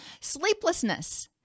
Sleeplessness